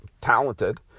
talented